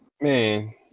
man